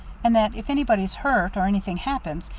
and that if anybody's hurt, or anything happens,